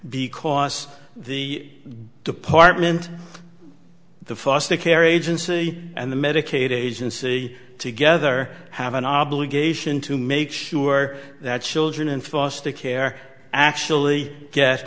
because the department the foster care agency and the medicaid agency together have an obligation to make sure that children in foster care actually get